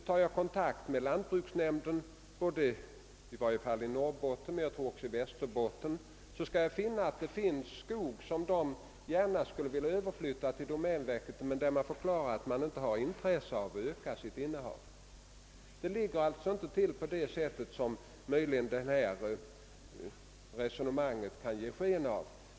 Tar man kontakt med lantbruksnämnderna — detta gäller i Norrbotten och jag tror också i Västerbotten — kan man finna att det är god tillgång på skog som ägarna gärna skulle överflytta i domänverkets ägo men som verket förklarar sig inte ha intresse av att öka sitt innehav av skog med. Det förhåller sig alltså inte så som resonemanget här möjligen kan ge sken av.